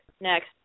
next